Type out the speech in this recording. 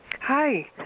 Hi